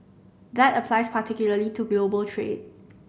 that applies particularly to global trade